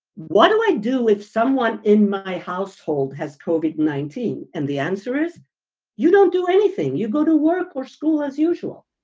what do i do if someone in my household has corbitt nineteen? and the answer is you don't do anything. you go to work or school as usual.